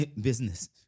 business